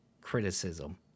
criticism